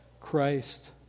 Christ